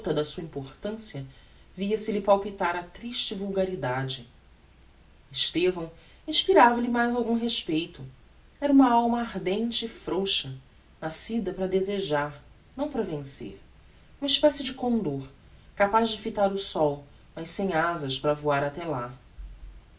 da sua importancia via-se-lhe palpitar a triste vulgaridade estevão inspirava lhe mais algum respeito era uma alma ardente e frouxa nascida para desejar não para vencer uma especie de condor capaz de fitar o sol mas sem azas para voar até lá